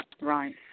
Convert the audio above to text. right